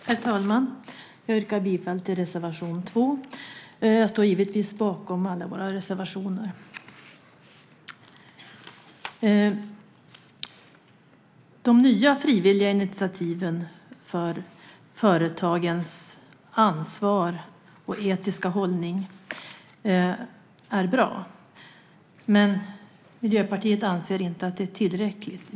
Herr talman! Jag yrkar bifall till reservation 2, men jag står givetvis bakom alla våra reservationer. De nya frivilliga initiativen för företagens ansvar och etiska hållning är bra, men Miljöpartiet anser inte att de är tillräckliga.